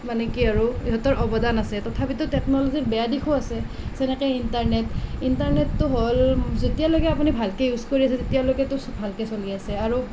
মানে কি আৰু ইহঁতৰ অৱদান আছে তথাপিতো টেকনলজিৰ বেয়া দিশো আছে যেনেকৈ ইণ্টাৰনেট ইণ্টাৰনেটতো হ'ল যেতিয়ালৈকে আপুনি ভালকৈ ইউজ কৰি আছে তেতিয়ালৈকেতো ভালকৈ চলি আছে আৰু